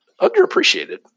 underappreciated